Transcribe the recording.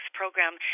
Program